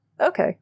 okay